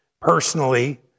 personally